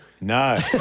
No